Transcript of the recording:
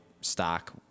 stock